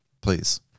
please